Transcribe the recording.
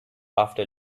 after